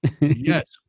Yes